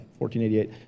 1488